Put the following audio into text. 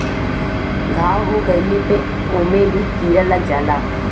घाव हो गइले पे ओमे भी कीरा लग जाला